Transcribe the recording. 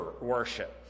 worship